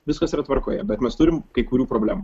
viskas yra tvarkoje bet mes turim kai kurių problemų